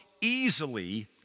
easily